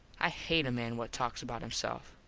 i hate a man what talks about himself.